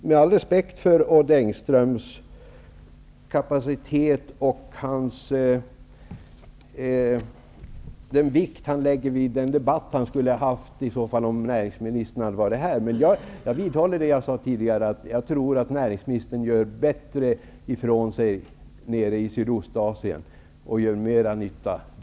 Med all respekt för Odd Engströms kapacitet och den vikt han skulle ha lagt vid den debatt han skulle ha haft om näringsministen hade varit här, vidhåller jag att jag tror att näringsministern gör mer nytta i